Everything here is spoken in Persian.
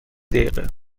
دقیقه